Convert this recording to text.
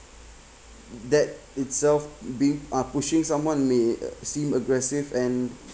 that itself being uh pushing someone may uh seem aggressive and